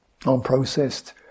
unprocessed